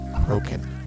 broken